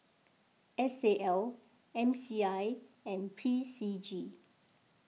S A L M C I and P C G